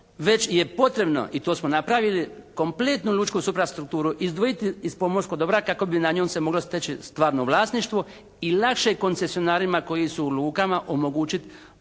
već je potrebno, i to smo napravili kompletnu lučku suprastrukturu izdvojiti iz pomorskog dobra kako bi na njoj se mogla steći stvarno vlasništvo i lakše je koncesionarima koji su u lukama omogućiti